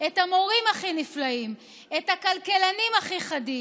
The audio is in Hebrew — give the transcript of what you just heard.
את המורים הכי נפלאים, את הכלכלנים הכי חדים,